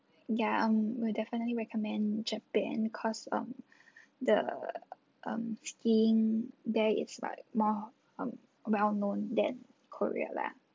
ya um we'll definitely recommend japan cause um the um skiing there is like more um well known than korea lah